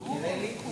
מיגור או ניכור?